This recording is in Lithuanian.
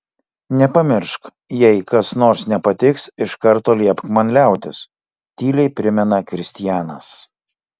nepamiršk jei kas nors nepatiks iš karto liepk man liautis tyliai primena kristianas